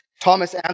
Thomas